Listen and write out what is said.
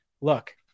look